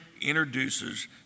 introduces